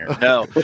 No